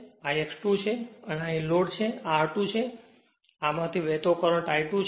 આ X2 છે અને અહીં લોડ છે આ R2 છે અને આમાંથી વહેતો કરંટ I2 છે